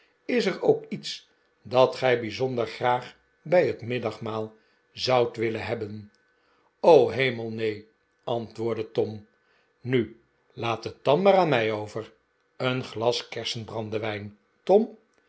is er ook iets dat gij bijzonder graag bij het middagmaal zoudt willen hebben hemel neen antwoordde tom nu laat het dan maar aan mij over een glas kersenbrandewijn tom